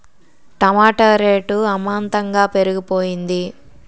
టమాట rate అమాంతంగా పెరిగిపోయింది